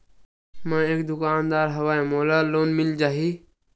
मै एक दुकानदार हवय मोला लोन मिल जाही?